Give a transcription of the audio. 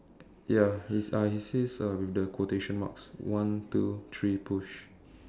ya it's uh it says uh with the quotation marks one two three push